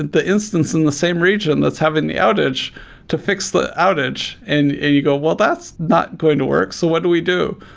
the instance in the same region that's having the outage to fix the outage, and you go, well, that's not going to work. so what do we do?